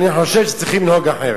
אני חושב שצריכים לנהוג אחרת.